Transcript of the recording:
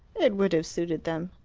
it would have suited them.